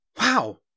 Wow